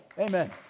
Amen